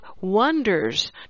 wonders